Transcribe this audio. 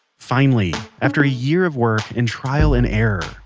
finally. after a year of work and trial and error,